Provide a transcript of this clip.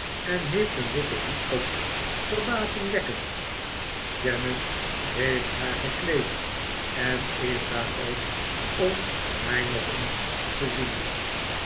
en heeft een written hoed op verbazingwekkend janet heeft haar gekleed en is daar ook om mij nog eens te zien